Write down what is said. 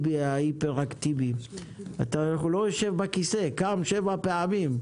אתה לא יושב בכיסא, קם שבע פעמים.